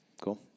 Cool